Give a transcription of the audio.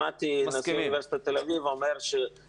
ומשאבי מים זאב אלקין: שמעתי את נשיא אוניברסיטת תל אביב אומר ש-50